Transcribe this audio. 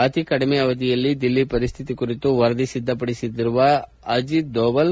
ಅತಿ ಕಡಿಮೆ ಅವಧಿಯಲ್ಲಿ ದಿಲ್ಲಿ ಪರಿಸ್ಥಿತಿಯ ಕುರಿತು ವರದಿ ಸಿದ್ದಪಡಿಸಿರುವ ಅಜಿತ್ ದೋವಲ್